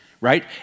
right